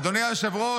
אדוני היושב-ראש,